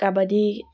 kabaddi